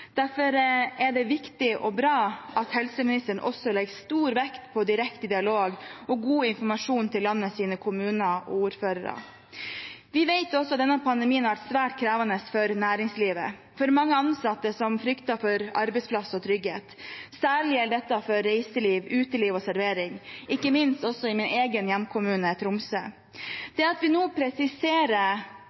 Derfor er det viktig og bra at helseministeren legger stor vekt på direkte dialog og god informasjon til landets kommuner og ordførere. Vi vet også at denne pandemien har vært svært krevende for næringslivet, for mange ansatte som frykter for arbeidsplass og trygghet. Særlig gjelder dette for reiseliv, uteliv og servering, ikke minst i min egen hjemkommune Tromsø. Det at vi nå presiserer